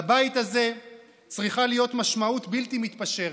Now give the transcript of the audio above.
לבית הזה צריכה להיות משמעות בלתי מתפשרת,